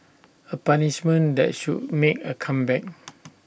A punishment that should make A comeback